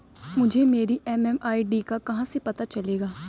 मुझे मेरी एम.एम.आई.डी का कहाँ से पता चलेगा?